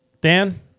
dan